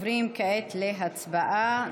עוברים כעת להצבעה.